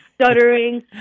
stuttering